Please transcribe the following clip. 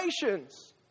generations